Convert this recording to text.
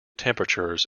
temperatures